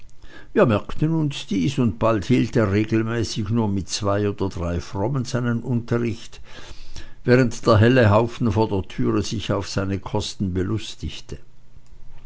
wir merkten uns dies und bald hielt er regelmäßig nur mit zwei oder drei frommen seinen unterricht während der helle haufen vor der türe sich auf seine kosten belustigte